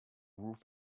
roof